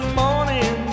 morning